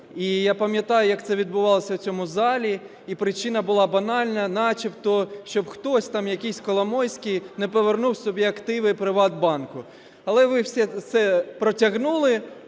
І я пам'ятаю, як це відбувалося в цьому залі. І причина була банальна: начебто, щоб хтось, там якийсь Коломойський не повернув собі активи ПриватБанку. Але ви все це протягнули.